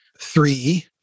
Three